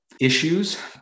issues